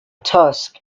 tusk